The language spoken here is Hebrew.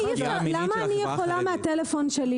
למה אני יכולה להתקשר מהטלפון שלי,